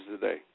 today